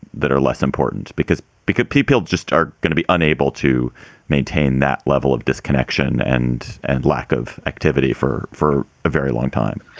that are less important because because people just are going to be unable to maintain that level of disconnection and and lack of activity for for a very long time